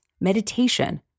meditation